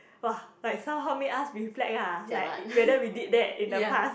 !wah! like somehow made us reflect lah like whether we did that in the past